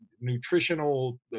nutritional